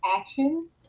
actions